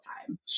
time